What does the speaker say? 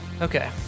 Okay